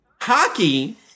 Hockey